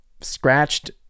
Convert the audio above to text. scratched